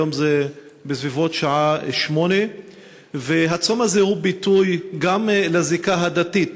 היום זה בסביבות שעה 20:00. הצום הזה הוא ביטוי גם לזיקה הדתית